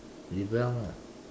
rebel you know